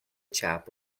chap